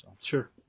Sure